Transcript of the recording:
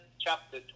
chapter